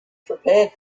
prepared